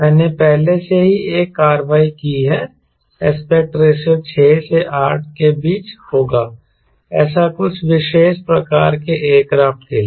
मैंने पहले से ही एक कार्रवाई की है एस्पेक्ट रेशों 6 से 8 के बीच होगा ऐसा कुछ विशेष प्रकार के एयरक्राफ्ट के लिए